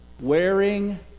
wearing